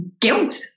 guilt